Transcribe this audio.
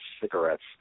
cigarettes